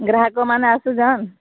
ଗ୍ରାହକମାନେ ଆସୁଛନ୍ତି